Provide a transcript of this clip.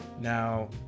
Now